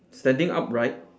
standing upright